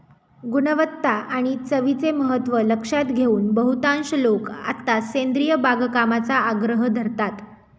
गुणवत्ता आणि चवीचे महत्त्व लक्षात घेऊन बहुतांश लोक आता सेंद्रिय बागकामाचा आग्रह धरतात